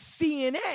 CNN